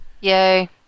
Yay